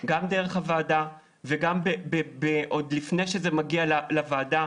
גם דרך הוועדה וגם עוד לפני שזה מגיע לוועדה,